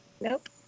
Nope